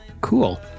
Cool